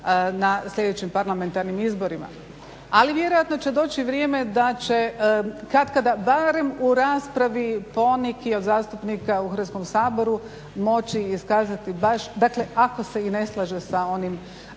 na sljedećim parlamentarnim izborima. Ali vjerojatno će doći vrijeme da će katkada barem u raspravi poneki od zastupnika u Hrvatskom saboru moći iskazati baš, dakle ako se i ne slaže sa onim